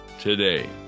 today